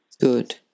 Good